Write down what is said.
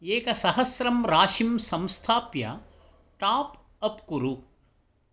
एकसहस्रं राशिं संस्थाप्य टाप् अप् कुरु